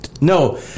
No